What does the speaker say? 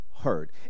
heard